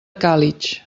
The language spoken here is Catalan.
càlig